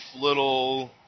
little